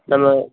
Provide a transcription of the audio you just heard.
நம்ம